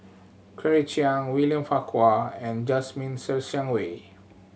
Claire Chiang William Farquhar and Jasmine Ser Xiang Wei